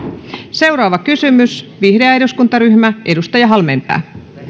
seuraava kysymys vihreä eduskuntaryhmä edustaja halmeenpää